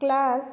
class